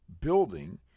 building